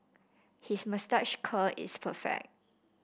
his moustache curl is perfect